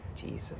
Jesus